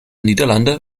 niederlande